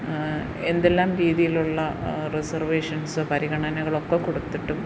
എന്തെല്ലാം രീതിയിലുള്ള റിസർവേഷൻസും പരിഗണനകളൊക്കെ കൊടുത്തിട്ടും